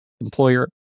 employer